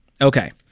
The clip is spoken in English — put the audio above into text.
Okay